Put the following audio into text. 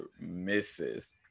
misses